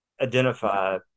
identify